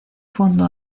fondo